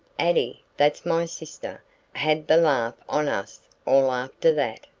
addie that's my sister had the laugh on us all after that.